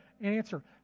answer